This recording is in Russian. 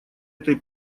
этой